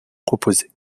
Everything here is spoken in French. proposez